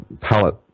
palette